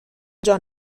جان